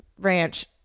ranch